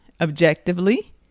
objectively